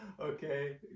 Okay